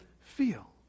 feel